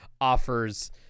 offers